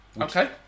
Okay